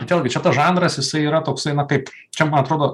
vėlgi čia tas žanras jisai yra toksai na kaip čia man atrodo